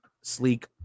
sleek